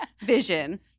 vision